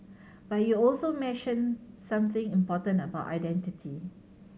but you also mentioned something important about identity